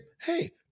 hey